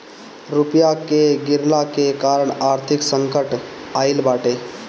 रुपया के गिरला के कारण आर्थिक संकट आईल बाटे